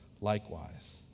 likewise